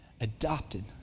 Adopted